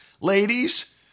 ladies